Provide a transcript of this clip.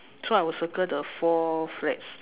so I will circle the four flags